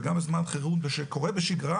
וגם זמן חירום שקורה בשגרה,